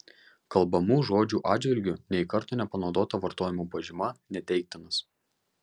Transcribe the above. kalbamų žodžių atžvilgiu nė karto nepanaudota vartojimo pažyma neteiktinas